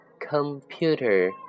computer